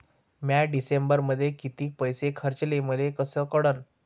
म्या डिसेंबरमध्ये कितीक पैसे खर्चले मले कस कळन?